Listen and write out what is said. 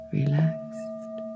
relaxed